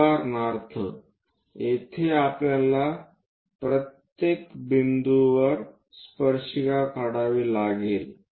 उदाहरणार्थ येथे आपल्याला प्रत्येक बिंदूवर स्पर्शिका काढावी लागेल